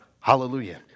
Hallelujah